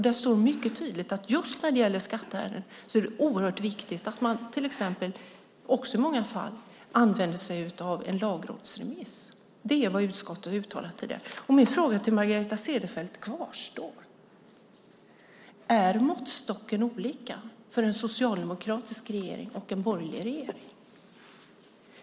Det står mycket tydligt att just när det gäller skatteärenden är det oerhört viktigt att man i många fall använder sig av en lagrådsremiss. Det är vad utskottet uttalat. Min fråga till Margareta Cederfelt kvarstår: Är måttstocken olika för en socialdemokratisk regering och för en borgerlig regering?